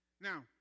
Now